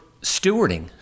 stewarding